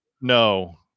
no